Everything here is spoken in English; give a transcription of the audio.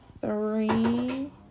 Three